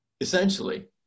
essentially